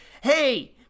hey